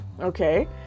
okay